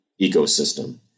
ecosystem